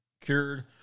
Cured